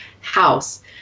house